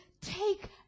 take